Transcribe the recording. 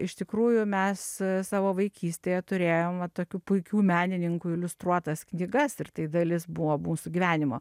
iš tikrųjų mes savo vaikystėje turėjom va tokių puikių menininkų iliustruotas knygas ir tai dalis buvo mūsų gyvenimo